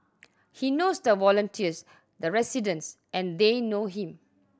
he knows the volunteers the residents and they know him